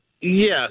Yes